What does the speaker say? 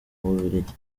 bubiligi